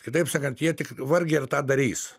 kitaip sakant jie tik vargiai ar tą darys